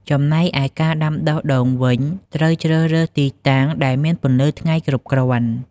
ចំណែកឯការដាំដុះដូងវិញ ត្រូវជ្រើសរើសទីតាំងដែលមានពន្លឺថ្ងៃគ្រប់គ្រាន់។